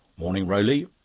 morning, rowley!